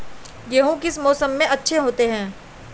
गेहूँ किस मौसम में अच्छे होते हैं?